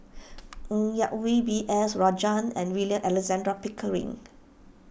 Ng Yak Whee B S Rajhans and William Alexander Pickering